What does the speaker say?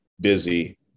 busy